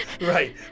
Right